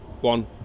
One